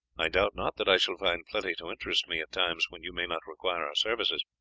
i doubt not that i shall find plenty to interest me at times when you may not require our services.